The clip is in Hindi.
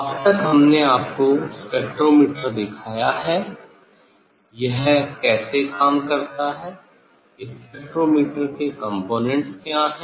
अब तक हमने आपको स्पेक्ट्रोमीटर दिखाया है यह कैसे काम करता है स्पेक्ट्रोमीटर के कंपोनेंट्स क्या हैं